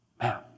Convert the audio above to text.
Man